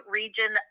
region